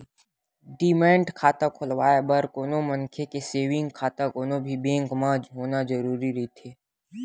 demat खाता खोलवाय बर कोनो मनखे के सेंविग खाता कोनो भी बेंक म होना जरुरी रहिथे